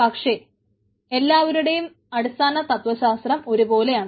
പക്ഷേ എല്ലാവരുടെയും അടിസ്ഥാന തത്വശാസ്ത്രം ഒരുപോലെയാണ്